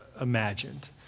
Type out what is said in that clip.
imagined